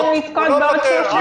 היינו צריכים לזכות בעוד שלושה.